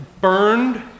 burned